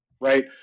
right